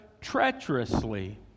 treacherously